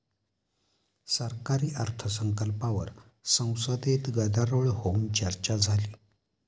सरकारी अर्थसंकल्पावर संसदेत गदारोळ होऊन चर्चा झाली